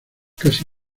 casi